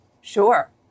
Sure